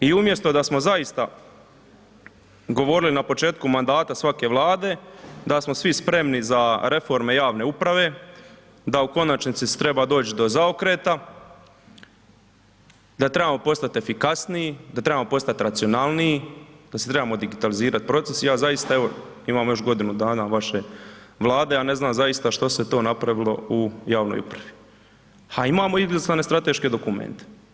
I umjesto da smo zaista govorili na početku mandata svake vlade da smo svi spremni za reforme javne uprave, da u konačnici se treba doći do zaokreta, da trebamo postati efikasniji, da trebamo postati racionalniji, da se trebamo digitalizirati proces ja zaista evo imamo još godinu dana vaše Vlade, a ne znam zaista što se to napravilo u javnoj upravi, a imamo izlistane strateške dokumente.